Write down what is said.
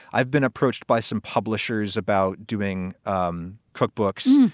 i've been approached by some publishers about doing um cookbooks.